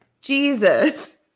Jesus